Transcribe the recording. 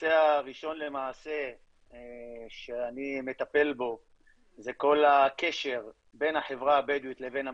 הנושא הראשון שאני מטפל בו זה כל הקשר בין החברה הבדואית לבין הממסד,